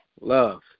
Love